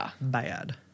bad